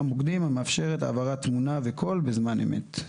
מוקדים המאפשרת העברת תמונה וקול בזמן אמת.